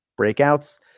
breakouts